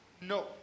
no